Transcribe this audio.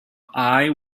eye